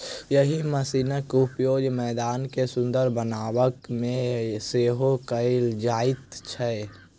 एहि मशीनक उपयोग मैदान के सुंदर बनयबा मे सेहो कयल जाइत छै